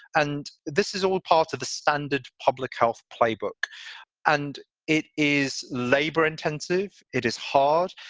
and this is all part of the standard public health playbook and it is labor intensive, it is hard,